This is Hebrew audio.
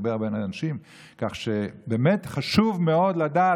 או שפה מסוימת או דת מסוימת,